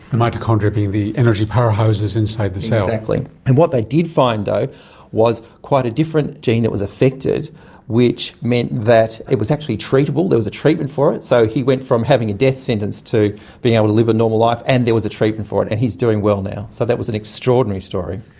mitochondria being the energy powerhouses inside the cell. exactly. and what they did find though was quite a different gene that was affected which meant that it was actually treatable, there was a treatment for it. so he went from having a death sentence to being able to live a normal life and there was a treatment for it and he is doing well now. so that was an extraordinary story.